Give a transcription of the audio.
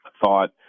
thought